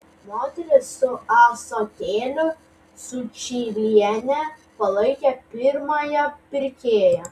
moterį su ąsotėliu sučylienė palaikė pirmąja pirkėja